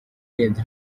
irenze